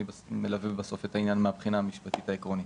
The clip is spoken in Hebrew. אני מלווה את העניין מהבחינה המשפטית העקרונית.